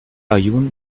aaiún